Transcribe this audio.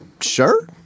sure